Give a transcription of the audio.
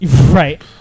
right